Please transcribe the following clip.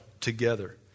together